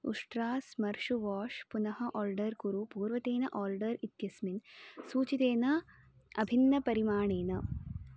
उष्ट्रास् श्मश्रु वाश् पुनः आर्डर् कुरु पूर्वतेन आर्डर् इत्यस्मिन् सूचितेन अभिन्नपरिमाणेन